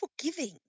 forgiving